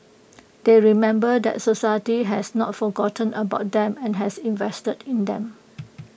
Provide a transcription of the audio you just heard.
they remember that society has not forgotten about them and has invested in them